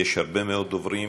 יש הרבה מאוד דוברים,